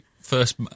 first